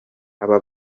aba